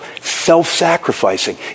self-sacrificing